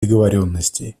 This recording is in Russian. договоренностей